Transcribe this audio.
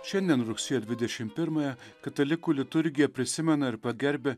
šiandien rugsėjo dvidešim pirmąją katalikų liturgija prisimena ir pagerbia